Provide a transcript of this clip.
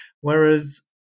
whereas